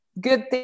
good